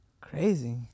Crazy